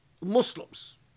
Muslims